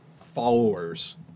followers